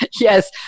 Yes